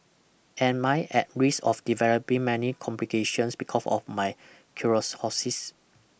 am I at risk of developing many complications because of my cirrhosis